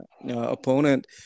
opponent